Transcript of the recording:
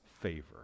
favor